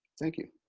thank you.